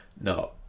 No